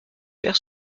faire